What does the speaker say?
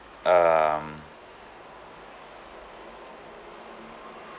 um